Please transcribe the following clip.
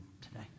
today